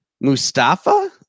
Mustafa